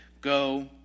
go